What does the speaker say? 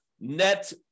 net